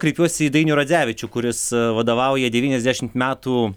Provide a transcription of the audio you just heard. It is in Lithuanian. kreipiuosi į dainių radzevičių kuris vadovauja devyniasdešimt metų